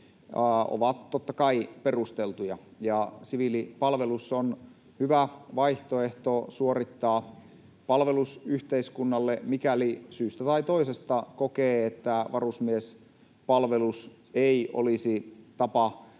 ovat totta kai perusteltuja. Siviilipalvelus on hyvä vaihtoehto suorittaa palvelus yhteiskunnalle, mikäli syystä tai toisesta kokee, että varusmiespalvelus ei olisi tapa